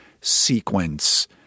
sequence